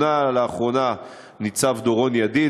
לאחרונה מונה ניצב דורון ידיד,